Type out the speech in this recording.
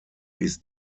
ist